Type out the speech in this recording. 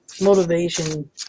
motivation